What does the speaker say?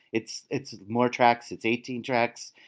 it's it's more tracks. it's eighteen tracks.